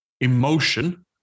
Emotion